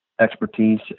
expertise